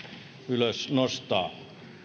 ylös nostaa